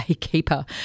keeper